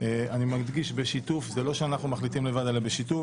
אני מדגיש בשיתוף זה לא שאנחנו מחליטים לבד אלא בשיתוף.